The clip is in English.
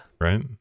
right